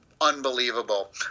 unbelievable